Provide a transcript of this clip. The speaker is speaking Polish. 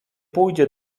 pójdzie